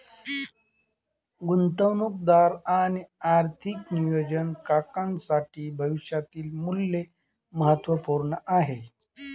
गुंतवणूकदार आणि आर्थिक नियोजन काकांसाठी भविष्यातील मूल्य महत्त्वपूर्ण आहे